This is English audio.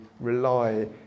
rely